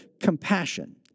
compassion